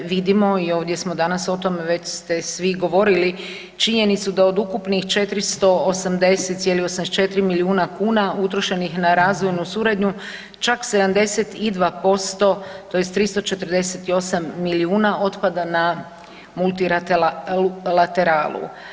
Vidimo i ovdje smo danas o tome, već ste svi govorili činjenicu da od ukupnih 480,84 milijuna kuna utrošenih na razvojnu suradnju čak 72%, tj. 348 milijuna otpada na multilateralu.